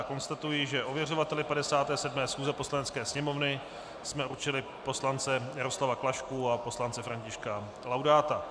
Konstatuji, že ověřovateli 57. schůze Poslanecké sněmovny jsme určili poslance Jaroslava Klašku a poslance Františka Laudáta.